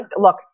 look